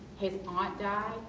his aunt died,